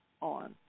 on